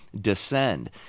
descend